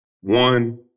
One